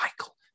Michael